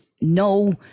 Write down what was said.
no